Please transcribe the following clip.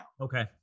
Okay